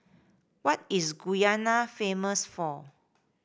what is Guyana famous for